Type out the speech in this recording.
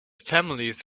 families